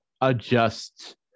adjust